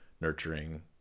nurturing